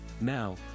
Now